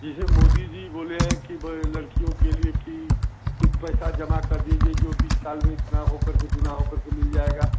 जैसे मोदी जी बोले हैं कि लड़कियों के लिए कि कुछ पैसा जमा कर दीजिए जो बीस साल में इतना हो करके दूना हो करके मिल जाएगा